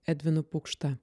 edvinu pukšta